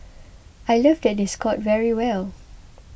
I love that they scored very well